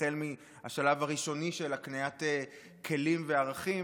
החל מהשלב הראשוני של הקניית כלים וערכים,